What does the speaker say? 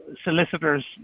solicitors